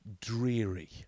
dreary